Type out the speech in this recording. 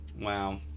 Wow